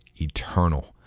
eternal